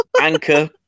Anchor